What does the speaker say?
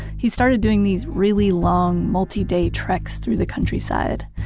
he started doing these really long, multi-day treks through the countryside.